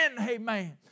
amen